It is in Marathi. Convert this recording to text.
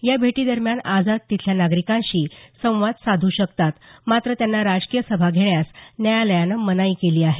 या भेटीदरम्यान आझाद तिथल्या नागरिकांशी संवाद साधू शकतात मात्र त्यांना राजकीय सभा घेण्यास न्यायालयानं मनाई केली आहे